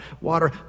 water